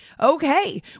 Okay